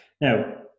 now